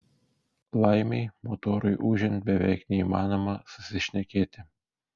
laimei motorui ūžiant beveik neįmanoma susišnekėti